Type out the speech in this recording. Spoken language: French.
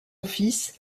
fils